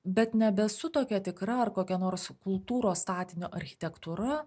bet nebesu tokia tikra ar kokia nors kultūros statinio architektūra